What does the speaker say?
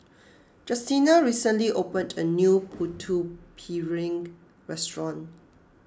Justina recently opened a new Putu Piring restaurant